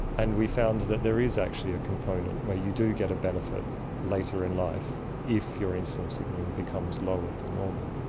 and we found that there is actually a component where you do get a benefit later in life if your insulin signalling becomes lower than normal.